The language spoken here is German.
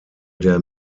der